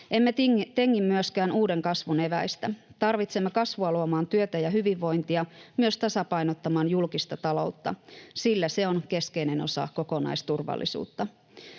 Emme tingi myöskään uuden kasvun eväistä. Tarvitsemme kasvua luomaan työtä ja hyvinvointia, myös tasapainottamaan julkista taloutta, sillä se on keskeinen osa kokonaisturvallisuutta,